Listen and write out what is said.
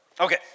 Okay